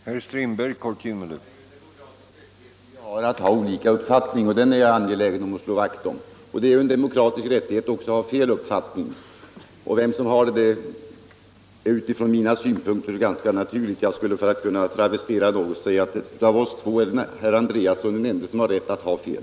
Herr talman! Ja, det är ju en demokratisk rättighet att ha olika uppfattningar, och den rättigheten är jag angelägen om att slå vakt om. Det är också en demokratisk rättighet att ha fel uppfattning. Och vem som har fel uppfattning är väl ganska naturligt utifrån mina synpunkter. Jag skulle kunna travestera något och säga att av oss två är herr Andréasson i Falkenberg den ende som har rätt att ha fel.